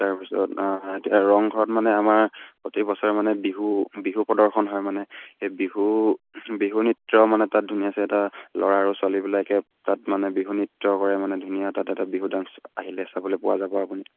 তাৰপিছত এতিয়া ৰংঘৰত মানে আমাৰ প্ৰতি বছৰে মানে বিহু বিহু প্ৰদৰ্শন হয় মানে সেই বিহু বিহু নৃত্য মানে তাত ধুনীয়াছে এটা ল'ৰা আৰু ছোৱালীবিলাকে তাত মানে বিহু নৃত্য কৰে মানে ধুনীয়া তাত এটা বিহু ডান্স আহিলে চাবলৈ পোৱা যাব আপুনি